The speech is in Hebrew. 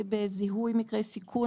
בזיהוי מקרי סיכון,